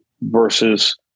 versus